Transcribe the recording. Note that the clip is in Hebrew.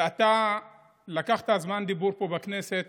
ואתה לקחת זמן דיבור פה בכנסת